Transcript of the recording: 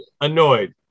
annoyed